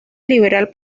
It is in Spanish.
liberal